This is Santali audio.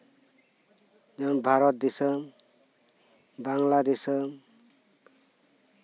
ᱡᱮᱢᱚᱱ ᱵᱷᱟᱨᱚᱛ ᱫᱤᱥᱚᱢ ᱵᱟᱝᱞᱟ ᱫᱤᱥᱚᱢ